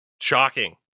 shocking